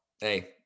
Hey